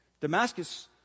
Damascus